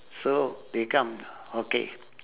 so they come okay